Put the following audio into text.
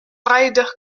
ryder